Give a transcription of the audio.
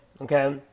Okay